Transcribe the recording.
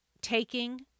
taking